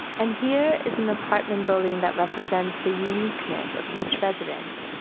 and here is an apartment building that represents the uniqueness of each resident,